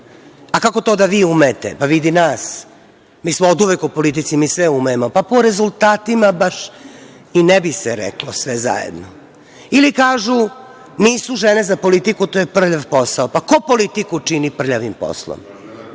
A kako to da vi umete, pa vidi nas? Mi smo oduvek u politici, mi sve umemo. Pa, po rezultatima baš se i ne bi reklo sve zajedno. Ili kažu – nisu žene za politiku, to je prljav posao. Pa ko politiku čini prljavim poslom?